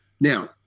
Now